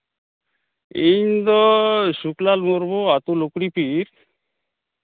ᱤᱧᱫᱚ ᱥᱩᱠᱞᱟᱞ ᱢᱩᱨᱢᱩ ᱟᱹᱛᱩ ᱞᱩᱠᱲᱤᱯᱤᱲ